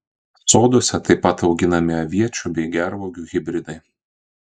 soduose taip pat auginami aviečių bei gervuogių hibridai